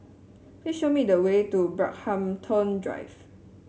please show me the way to Brockhampton Drive